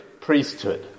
priesthood